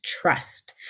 trust